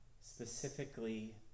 specifically